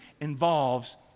involves